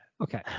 Okay